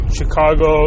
Chicago